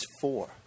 four